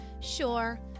Sure